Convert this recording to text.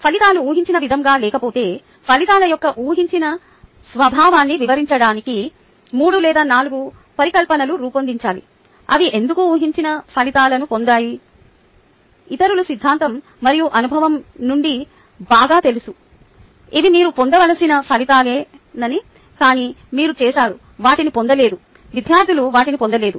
ఫలితాలు ఊహించిన విధంగా లేకపోతే ఫలితాల యొక్క ఊహించని స్వభావాన్ని వివరించడానికి te 3 లేదా 4 పరికల్పనలు రూపొందించాలి అవి ఎందుకు ఊహించని ఫలితాలను పొందాయి ఇతరులు సిద్ధాంతం మరియు అనుభవం నుండి బాగా తెలుసు ఇవి మీరు పొందవలసిన ఫలితాలేనని కానీ మీరు చేసారు వాటిని పొందలేదు విద్యార్థులు వాటిని పొందలేదు